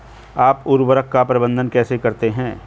आप उर्वरक का प्रबंधन कैसे करते हैं?